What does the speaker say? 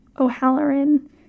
O'Halloran